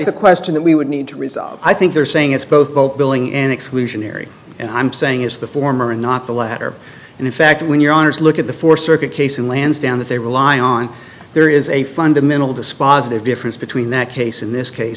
a question that we would need to resolve i think they're saying it's both bulk billing and exclusionary and i'm saying is the former not the latter and in fact when your honour's look at the four circuit case in lansdowne that they rely on there is a fundamental dispositive difference between that case in this case